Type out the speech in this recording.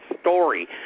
story